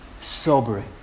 sobering